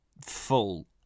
full